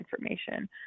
information